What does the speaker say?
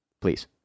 Please